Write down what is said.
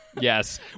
Yes